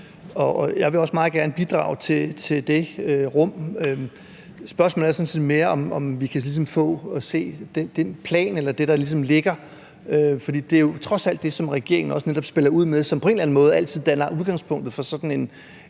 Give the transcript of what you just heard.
jeg vil også meget gerne bidrage til det. Spørgsmålet er sådan set mere, om vi kan få eller se den plan eller det, der ligesom ligger, for det er trods alt det, som regeringen også netop spiller ud med, som på en eller anden måde altid danner udgangspunktet for sådan en